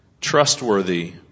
trustworthy